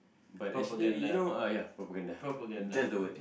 but actually you know uh ya propaganda that's the word